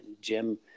jim